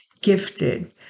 gifted